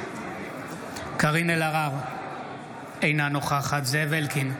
קארין אלהרר, אינה נוכחת זאב אלקין,